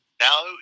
Now